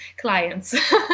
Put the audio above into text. clients